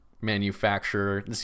manufacturer